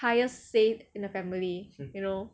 highest say in the family you know